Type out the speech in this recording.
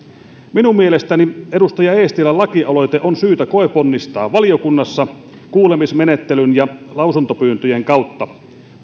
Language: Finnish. minun mielestäni edustaja eestilän lakialoite on syytä koeponnistaa valiokunnassa kuulemismenettelyn ja lausuntopyyntöjen kautta